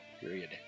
Period